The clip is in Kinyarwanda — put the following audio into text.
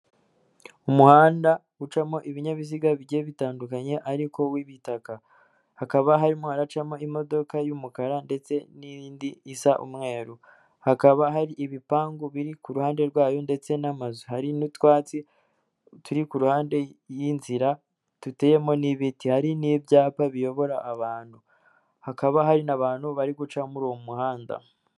Umuhanda ucamo ibinyabiziga bijye bitandukanye ariko w'ibitaka. Hakaba harimo haracamo imodoka y'umukara ndetse n'indi isa umweru, hakaba hari ibipangu biri ku ruhande rwayo ndetse n'amazu, hari n'utwatsi turi ku ruhande y'inzira duteyemo n'ibiti hari n'ibyapa biyobora abantu. Hakaba hari n'abantu bari guca muri uwo muhanda.